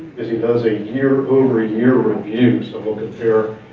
as he does a year over year review. so we'll compare,